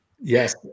Yes